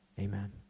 amen